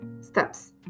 steps